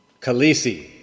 Khaleesi